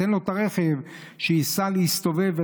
תן לו את הרכב שייסע להסתובב,